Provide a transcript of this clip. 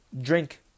drink